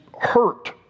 hurt